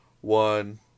one